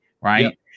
right